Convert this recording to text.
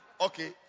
Okay